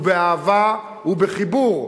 באהבה ובחיבור,